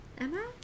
Emma